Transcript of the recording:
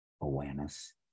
awareness